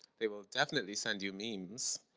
they will definitely send you memes,